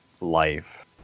life